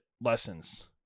lessons